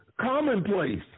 commonplace